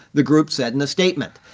the group said in the statement.